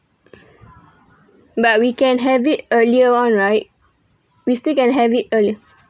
but we can have it earlier on right we still can have it earlier